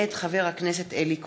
מאת חברי הכנסת דב חנין,